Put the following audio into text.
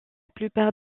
plupart